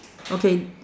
okay